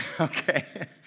Okay